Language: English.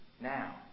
now